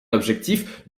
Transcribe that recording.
objectif